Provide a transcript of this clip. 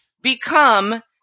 become